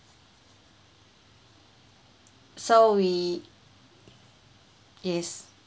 so we yes